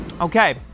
Okay